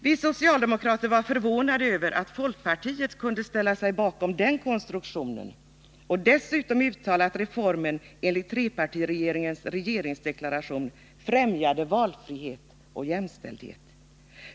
Vi socialdemokrater var förvånade över att folkpartiet kunde ställa sig bakom den konstruktionen och dessutom uttala att reformen enligt trepartiregeringens regeringsdeklaration främjade valfrihet och jämställdhet.